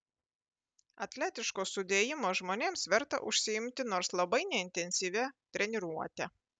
atletiško sudėjimo žmonėms verta užsiimti nors labai neintensyvia treniruote